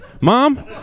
Mom